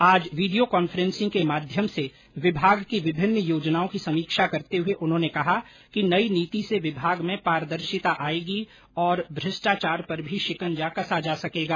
आज video conference के माध्यम से विभाग की विभिन्न योजनाओं की समीक्षा करते हए उन्होंने कहा कि नई नीति से विभाग में पारदर्शिता आयेगी और भ्रष्टाचार पर भी शिकंजा कसा जा सकेगा